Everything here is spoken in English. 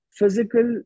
physical